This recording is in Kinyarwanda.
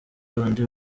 andi